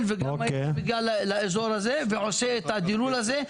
וגם הייתי מגיע לאזור הזה ועושה את הדילול הזה.